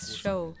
show